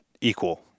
equal